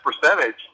percentage